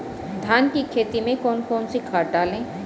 धान की खेती में कौन कौन सी खाद डालें?